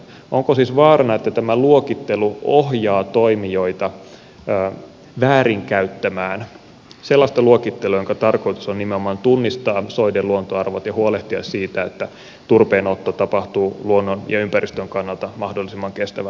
onko siis vaarana että tämä luokittelu ohjaa toimijoita väärinkäyttämään sellaista luokittelua jonka tarkoitus on nimenomaan tunnistaa soiden luontoarvot ja huolehtia siitä että turpeenotto tapahtuu luonnon ja ympäristön kannalta mahdollisimman kestävällä tavalla